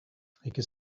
could